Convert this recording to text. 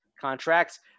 contracts